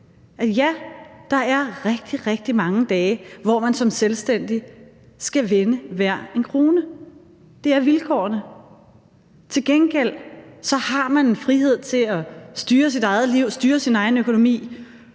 at ja, der er rigtig, rigtig mange dage, hvor man som selvstændig skal vende hver en krone, og at det er vilkårene? Til gengæld har man en frihed til at styre sit eget liv og styre sin egen økonomi,